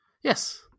Yes